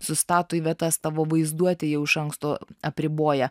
sustato į vietas tavo vaizduotę jau iš anksto apriboja